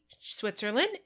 Switzerland